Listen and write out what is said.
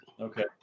Okay